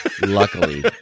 Luckily